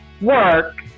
work